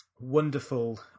wonderful